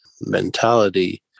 mentality